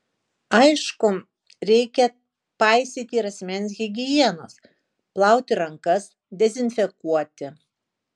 aišku reikia paisyti ir asmens higienos plauti rankas dezinfekuoti